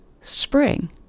spring